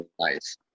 Nice